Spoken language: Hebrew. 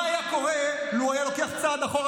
מה היה קורה לו הוא היה לוקח צעד אחורה